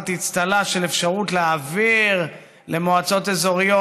באצטלה של האפשרות להעביר למועצות אזוריות,